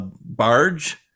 barge